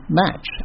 match